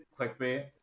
clickbait